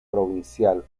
provincial